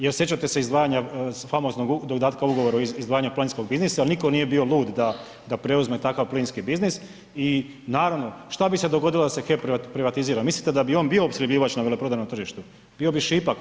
Jer sjećate se izdvajanja famoznog dodatka ugovoru o izdvajanju plinskog biznisa jer nitko nije bio da preuzme takav plinski biznis i naravno šta bi se dogodilo da se HEP privatizira, mislite da bi on bio opskrbljivač na veleprodajnom tržištu, bio bi šipak.